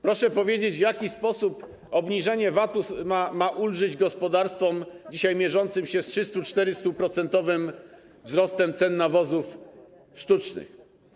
Proszę powiedzieć, w jaki sposób obniżenie VAT ma ulżyć gospodarstwom mierzącym się dzisiaj z 300-, 400-procentowym wzrostem cen nawozów sztucznych.